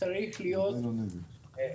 צריכה להיות אפשרות